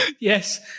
Yes